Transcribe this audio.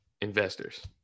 investors